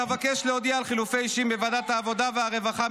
אבקש להודיע על חילופי אישים בוועדת העבודה והרווחה,